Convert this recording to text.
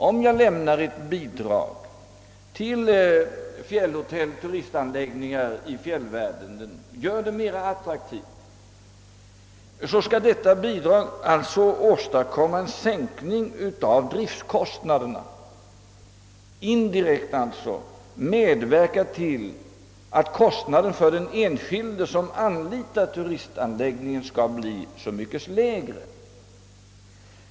Om jag lämnar ett bidrag till fjällhotell, till turistanläggningar i fjällvärlden, och gör dessa mer attraktiva, så skall detta bidrag åstadkomma en sänkning av driftkostnaderna och alltså indirekt medverka till att kostnaden för den enskilde, som anlitar turistanläggningen, blir så mycket lägre.